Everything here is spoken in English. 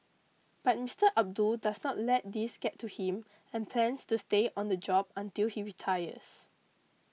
but Mister Abdul does not let these get to him and plans to stay on the job until he retires